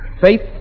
Faith